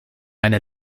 eine